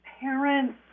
parents